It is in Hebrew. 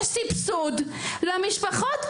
יש סבסוד למשפחות.